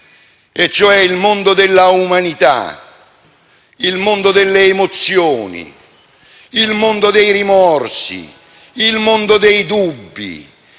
e cioè il mondo dell'umanità, il mondo delle emozioni, il mondo dei rimorsi, il mondo dei dubbi,